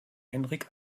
henrik